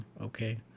okay